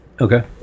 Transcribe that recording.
Okay